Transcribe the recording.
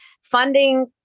funding